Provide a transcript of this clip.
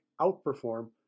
outperform